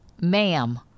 ma'am